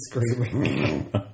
screaming